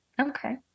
okay